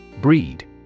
Breed